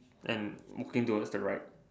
and walking towards the right